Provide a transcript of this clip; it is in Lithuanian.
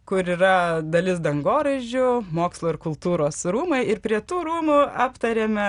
kur yra dalis dangoraižių mokslo ir kultūros rūmai ir prie tų rūmų aptarėme